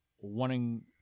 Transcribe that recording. wanting